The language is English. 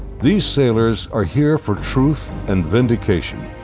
these sailors are here for truth and vindication.